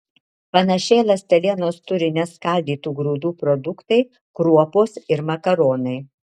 panašiai ląstelienos turi neskaldytų grūdų produktai kruopos ir makaronai